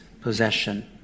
possession